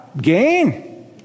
gain